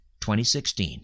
2016